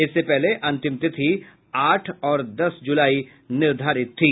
इससे पहले अंतिम तिथि आठ और दस जुलाई निर्धारित थी